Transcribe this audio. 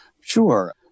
Sure